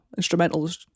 instrumentals